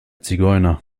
zigeuner